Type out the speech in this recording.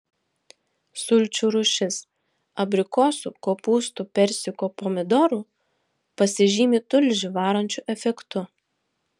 sulčių rūšis abrikosų kopūstų persikų pomidorų pasižymi tulžį varančiu efektu